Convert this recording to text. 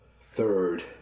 third